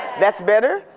that's better?